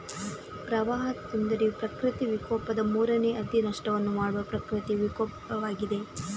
ಪ್ರವಾಹದ ತೊಂದರೆಯು ಪ್ರಕೃತಿ ವಿಕೋಪದ ಮೂರನೇ ಅತಿ ನಷ್ಟವನ್ನು ಮಾಡುವ ಪ್ರಕೃತಿ ವಿಕೋಪವಾಗಿದೆ